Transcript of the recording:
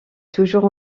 toujours